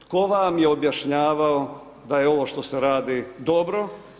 Tko vam je objašnjavao da ovo što se radi dobro.